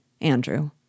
Andrew